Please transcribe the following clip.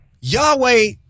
Yahweh